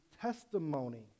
testimony